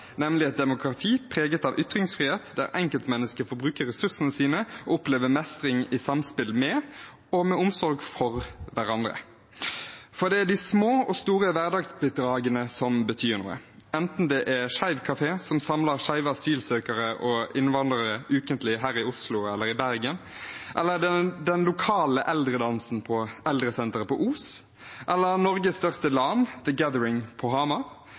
nemlig et demokrati preget av ytringsfrihet, der enkeltmennesket får bruke ressursene sine og oppleve mestring i samspill med og med omsorg for hverandre. For det er de små og store hverdagsbidragene som betyr noe. Enten det er Skeiv kafé, som samler skeive asylsøkere og innvandrere ukentlig her i Oslo eller i Bergen, eller den lokale eldredansen på eldresenteret på Os, eller Norges største LAN, The Gathering på